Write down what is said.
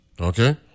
okay